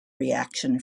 reaction